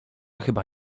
chyba